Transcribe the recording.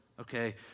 Okay